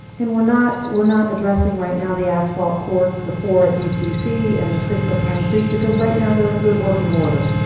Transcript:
and we're not we're not addressing right now the asphalt courts, the four at dcc and the six at pine creek, because right now, they're in good working order.